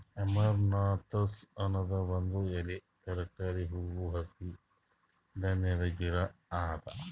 amaranthus ಅನದ್ ಒಂದ್ ಎಲೆಯ ತರಕಾರಿ, ಹೂವು, ಹಸಿ ಧಾನ್ಯದ ಗಿಡ ಅದಾ